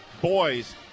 boys